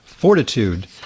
fortitude